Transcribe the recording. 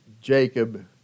Jacob